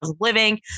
living